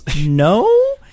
no